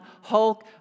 Hulk